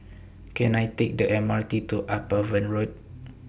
Can I Take The M R T to Upavon Road